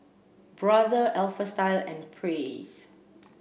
Brother Alpha Style and Praise